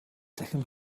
цахим